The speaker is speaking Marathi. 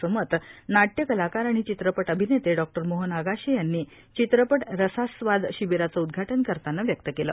असे मत नाट्य कलाकार आणि चित्रपट अभिनेते डॉक्टर मोहन आगाशे यांनी चित्रपट रसास्वाद शिबिराचे उदघाटन करताना व्यक्त केले